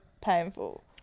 painful